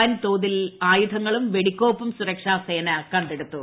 വൻതോതിൽ ആയുധങ്ങളും വെടിക്കോപ്പുകളും സുരക്ഷാസേന കണ്ടെടുത്തു